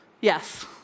Yes